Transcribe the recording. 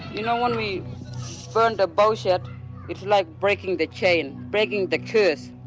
you know, when we burned the bough shed it's like breaking the chain, breaking the curse.